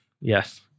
yes